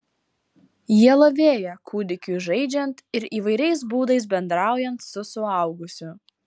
jie lavėja kūdikiui žaidžiant ir įvairiais būdais bendraujant su suaugusiu